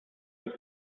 dass